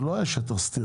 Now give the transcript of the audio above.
זה לא היה שטח סטרילי,